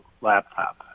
laptop